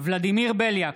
ולדימיר בליאק,